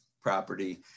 property